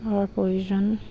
অৰ প্ৰয়োজন